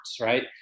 right